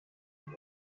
گوگل